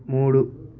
మూడు